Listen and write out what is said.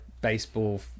baseball